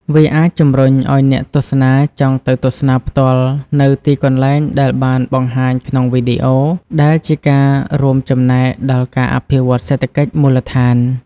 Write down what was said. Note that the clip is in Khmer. វាអាចជំរុញឲ្យអ្នកទស្សនាចង់ទៅទស្សនាផ្ទាល់នូវទីកន្លែងដែលបានបង្ហាញក្នុងវីដេអូ ដែលជាការរួមចំណែកដល់ការអភិវឌ្ឍសេដ្ឋកិច្ចមូលដ្ឋាន។